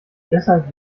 deshalb